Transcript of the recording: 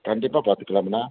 கண்டிப்பாக பார்த்துக்கலாம்ண்ணா